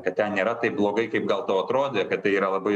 kad ten nėra taip blogai kaip gal tau atrodė kad tai yra labai